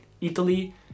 Italy